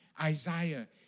Isaiah